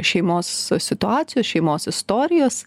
šeimos situacijos šeimos istorijos